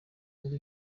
muri